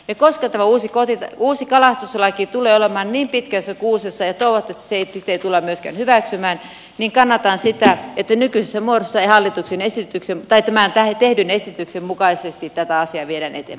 ja koska tämä uusi kalastuslaki tulee olemaan niin pitkässä kuusessa ja toivottavasti sitä ei tulla myöskään hyväksymään niin kannatan sitä että nykyisessä muodossa ei tämän tehdyn esityksen mukaisesti takaa sievienetin